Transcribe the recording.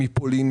מפולין,